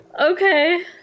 Okay